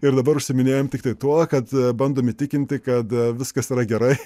ir dabar užsiiminėjam tiktai tuo kad bandom įtikinti kad viskas yra gerai